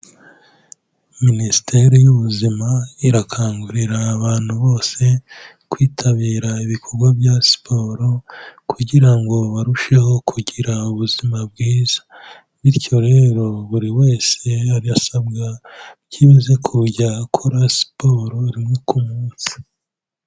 Minisiteri y'ubuzima irakangurira abantu bose kwitabira ibikorwa bya siporo kugira ngo barusheho kugira ubuzima bwiza. Bityo rero buri wese arasabwa byibuze kujya akora siporo rimwe ku munsi.